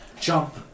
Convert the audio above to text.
jump